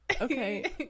okay